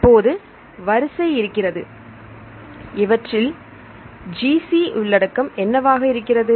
இப்போது வரிசை இருக்கிறது இவற்றில் GC உள்ளடக்கம் என்னவாக இருக்கிறது